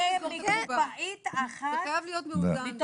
זה חייב להיות מאוזן.